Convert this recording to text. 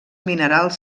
minerals